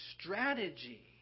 strategy